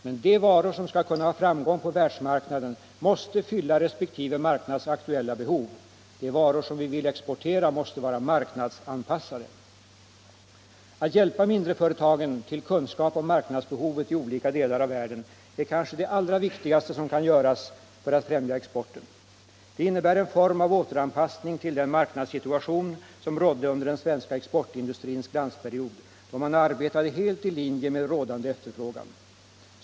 Men de varor som skall kunna ha framgång på världsmarknaden måste fylla resp. marknads aktuella behov. De varor som vi vill exportera måste vara marknadsanpassade. Att hjälpa mindreföretagen till kunskap om marknadsbehovet i olika delar av världen är kanske det allra viktigaste som kan göras för att främja exporten. Det innebär en form av återanpassning till den marknadssituation som rådde under den svenska exportindustrins glansperiod, då man arbetade helt i linje med rådande efterfrågan.